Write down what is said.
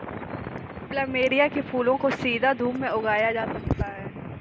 plumeria के फूलों को सीधी धूप में उगाया जा सकता है